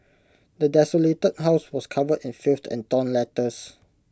the desolated house was covered in filth and torn letters